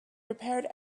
prepared